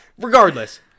regardless